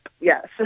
yes